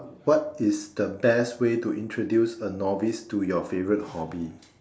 what is the best way to introduce a novice to your favourite hobby